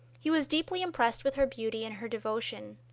he was deeply impressed with her beauty and her devotion.